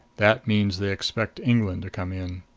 that means they expect england to come in.